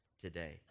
today